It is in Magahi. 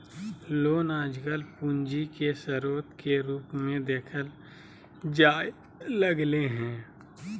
लोन आजकल पूंजी के स्रोत के रूप मे देखल जाय लगलय हें